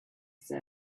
said